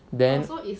then